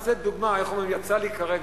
אני רוצה דוגמה, איך אומרים, יצאה לי כרגע,